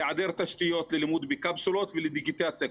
היעדר תשתיות ללימוד בקפסולות ולדיגיטציה.